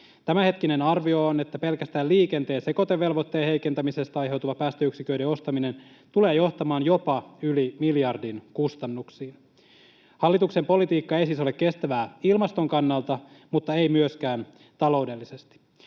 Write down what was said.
Tämänhetkinen arvio on, että pelkästään liikenteen sekoitevelvoitteen heikentämisestä aiheutuva päästöyksiköiden ostaminen tulee johtamaan jopa yli miljardin kustannuksiin. Hallituksen politiikka ei siis ole kestävää ilmaston kannalta, mutta ei myöskään taloudellisesti.